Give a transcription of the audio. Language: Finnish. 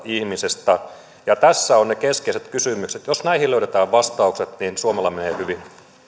ihmisestä tässä ovat ne keskeiset kysymykset ja jos näihin löydetään vastaukset niin suomella menee hyvin